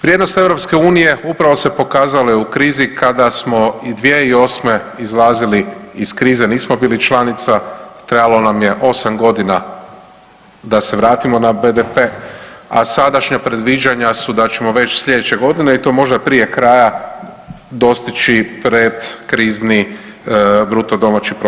Vrijednost EU upravo se pokazala u krizi kada smo i 2008. izlazili iz krize, nismo bili članica, trebalo nam je 8.g. da se vratimo na BDP, a sadašnja predviđanja su da ćemo već slijedeće godine i to možda prije kraja dostići predkrizni BDP.